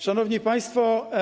Szanowni Państwo!